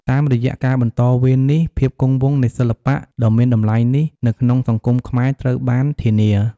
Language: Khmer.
តាមរយៈការ បន្តវេន នេះ ភាពគង់វង្សនៃសិល្បៈដ៏មានតម្លៃនេះ នៅក្នុងសង្គមខ្មែរត្រូវបានធានា។